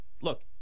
Look